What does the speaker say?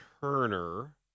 Turner